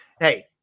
Hey